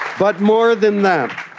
but more than that,